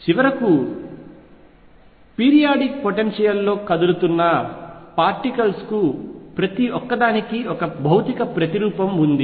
చివరకు periodic potential లో కదులుతున్న పార్టికల్స్ కు ప్రతి ఒక్క దానికి భౌతిక ప్రతిరూపం ఉంది